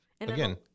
again